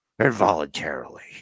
involuntarily